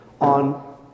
on